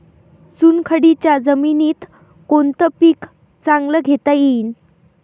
चुनखडीच्या जमीनीत कोनतं पीक चांगलं घेता येईन?